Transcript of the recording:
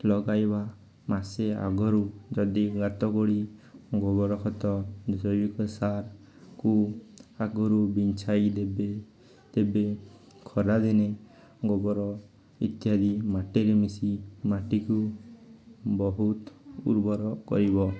ଲଗାଇବା ମାସେ ଆଗରୁ ଯଦି ଗାତ ଖୋଳି ଗୋବର ଖତ ଜୈବିକ ସାର୍କୁ ଆଗରୁ ବିଛାଇ ଦେବେ ତେବେ ଖରାଦିନେ ଗୋବର ଇତ୍ୟାଦି ମାଟିରେ ମିଶି ମାଟିକୁ ବହୁତ୍ ଉର୍ବର କରିବ